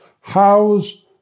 How's